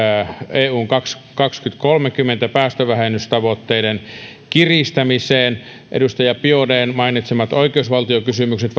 eun kaksituhattakolmekymmentä päästövähennystavoitteiden kiristämiseen edustaja biaudetn mainitsemat oikeusvaltiokysymykset